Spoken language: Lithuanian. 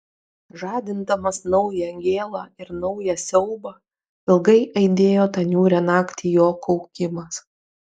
žadindamas naują gėlą ir naują siaubą ilgai aidėjo tą niūrią naktį jo kaukimas